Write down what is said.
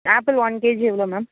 apple one KG எவ்வளோ ma'am